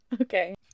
Okay